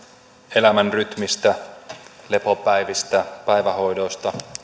elämän rytmistä lepopäivistä päivähoidosta